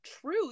true